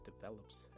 develops